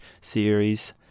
series